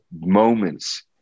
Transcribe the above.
moments